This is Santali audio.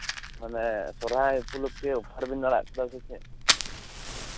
ᱢᱟᱱᱮ ᱥᱚᱨᱦᱟᱭ ᱩᱯᱚᱞᱚᱠᱠᱷᱮ ᱚᱯᱷᱟᱨ ᱵᱮᱱ ᱟᱲᱟᱜ ᱠᱟᱫᱟ ᱥᱮ ᱪᱮᱫ